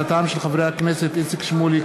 הצעתם של חברי הכנסת איציק שמולי,